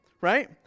right